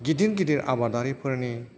गिदिर गिदिर आबादारिफोरनि